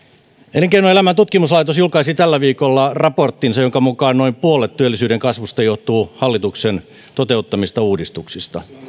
elinkeinoelämän tutkimuslaitos julkaisi tällä viikolla raporttinsa jonka mukaan noin puolet työllisyyden kasvusta johtuu hallituksen toteuttamista uudistuksista